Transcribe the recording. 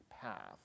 path